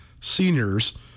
seniors